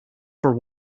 for